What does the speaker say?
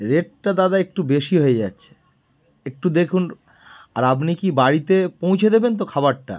রেটটা দাদা একটু বেশি হয়ে যাচ্ছে একটু দেখুন আর আপনি কি বাড়িতে পৌঁছে দেবেন তো খাবারটা